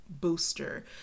booster